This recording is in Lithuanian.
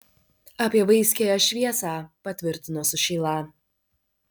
apie vaiskiąją šviesą patvirtino sušyla